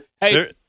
Hey